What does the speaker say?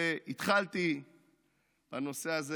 והתחלתי בנושא הזה